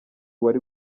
wari